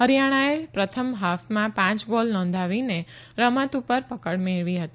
હરિથાણાએ પ્રથમ હાફમાં પાંચ ગોલ નોંધાવીને રમત ઉપર પકડ મેળવી હતી